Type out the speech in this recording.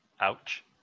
Ouch